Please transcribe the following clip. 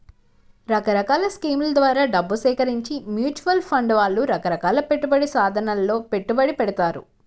రకరకాల స్కీముల ద్వారా డబ్బు సేకరించి మ్యూచువల్ ఫండ్ వాళ్ళు రకరకాల పెట్టుబడి సాధనాలలో పెట్టుబడి పెడతారు